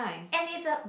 and it's a